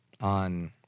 on